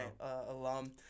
alum